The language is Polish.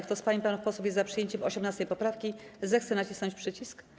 Kto z pań i panów posłów jest za przyjęciem 18. poprawki, zechce nacisnąć przycisk.